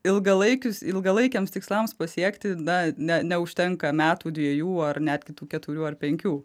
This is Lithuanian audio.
ilgalaikius ilgalaikiams tikslams pasiekti na ne neužtenka metų dvejų ar net kitų keturių ar penkių